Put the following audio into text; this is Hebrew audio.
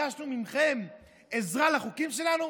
ביקשנו מכם עזרה לחוקים שלנו?